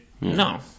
No